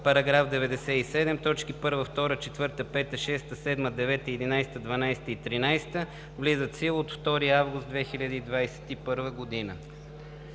Параграф 97, т. 1, 2, 4, 5, 6, 7, 9, 11, 12 и 13 влизат в сила от 2 август 2021 г.“